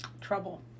Trouble